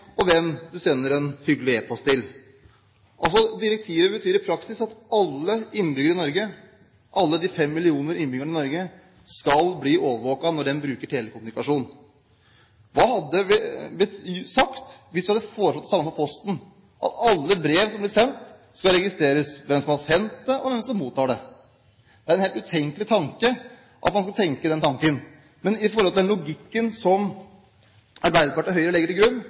og hvem man sender en hyggelig e-post til. Direktivet betyr i praksis at alle de fem millioner innbyggerne i Norge skal bli overvåket når de bruker telekommunikasjon. Hva hadde blitt sagt hvis vi hadde foreslått det samme for posten, at alle brev som blir sendt, skal registreres – hvem som har sendt dem, og hvem som mottar dem? Det er en helt utenkelig tanke at man skal tenke den tanken. Men i forhold til den logikken som Arbeiderpartiet og Høyre legger til grunn,